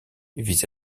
vis